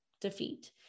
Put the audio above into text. defeat